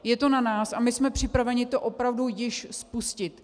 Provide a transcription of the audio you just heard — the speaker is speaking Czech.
Je to na nás a my jsme připraveni to opravdu již spustit.